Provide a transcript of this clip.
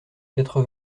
quatre